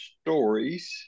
stories